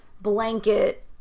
blanket